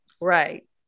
right